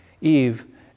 Eve